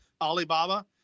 Alibaba